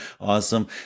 Awesome